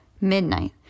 Midnight